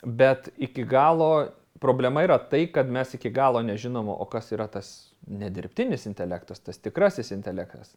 bet iki galo problema yra tai kad mes iki galo nežinom o kas yra tas nedirbtinis intelektas tas tikrasis intelektas